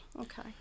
Okay